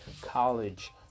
college